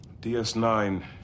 DS9